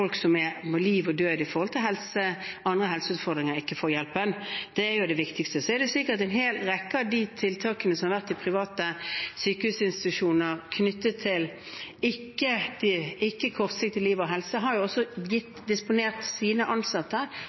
ikke får hjelp. Det er det viktigste. Så er det slik at private sykehusinstitusjoner i en hel rekke av de tiltakene som har vært knyttet til ikke-kortsiktig liv og helse, har disponert sine ansatte til å jobbe for den offentlige helsetjenesten i denne perioden fordi det har